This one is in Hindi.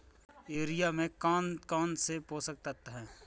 यूरिया में कौन कौन से पोषक तत्व है?